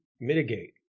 mitigate